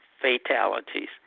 fatalities